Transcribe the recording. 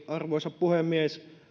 arvoisa puhemies